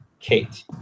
Kate